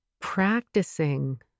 practicing